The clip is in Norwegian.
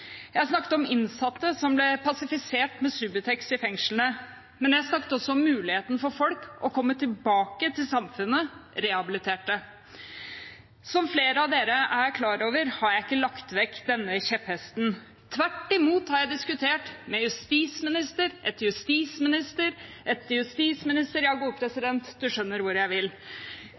ble pasifisert med Subutex i fengslene, men jeg snakket også om muligheten for folk til å komme tilbake til samfunnet – rehabiliterte. Som flere av dere er klar over, har jeg ikke lagt vekk denne kjepphesten. Tvert imot har jeg diskutert med justisminister etter justisminister etter justisminister – ja, gode president, du skjønner hvor jeg vil